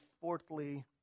fourthly